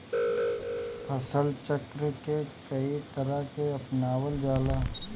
फसल चक्र के कयी तरह के अपनावल जाला?